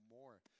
more